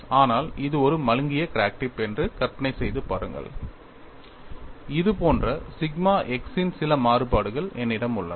ஆனால் இது ஒரு மழுங்கிய கிராக் டிப் என்று கற்பனை செய்து பாருங்கள் இது போன்ற சிக்மா x இன் சில மாறுபாடுகள் என்னிடம் உள்ளன